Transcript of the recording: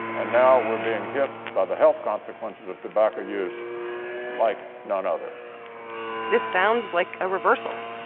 and now we're being hit by the health consequences of tobacco use like none other this sounds like a reversal.